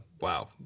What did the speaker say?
wow